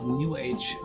new-age